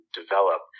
develop